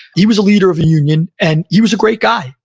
he was a leader of a union, and he was a great guy,